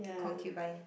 concubine